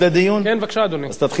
אז תתחיל מאפס, בבקשה, משלוש.